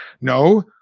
No